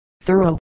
thorough